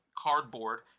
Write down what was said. Cardboard